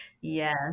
Yes